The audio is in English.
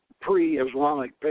pre-Islamic